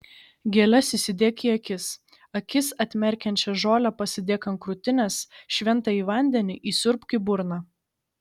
gėles įsidėk į akis akis atmerkiančią žolę pasidėk ant krūtinės šventąjį vandenį įsiurbk į burną